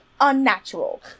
unnatural